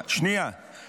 אני רוצה להגיד לך משהו,